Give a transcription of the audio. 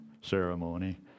ceremony